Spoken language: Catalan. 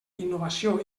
innovació